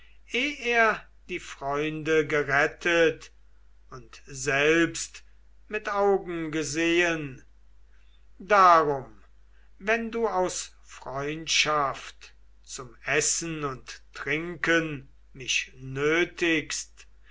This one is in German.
er die freunde gerettet und selbst mit augen gesehen darum wenn du aus freundschaft zum essen und trinken mich